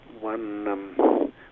one